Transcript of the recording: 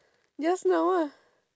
just now ah